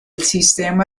sistema